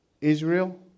Israel